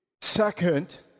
Second